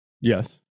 Yes